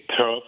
tough